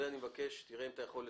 אני מבקש שתבדוק אם אתה יכול לשחזר.